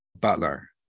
butler